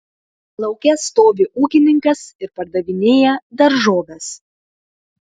lauke stovi ūkininkas ir pardavinėja daržoves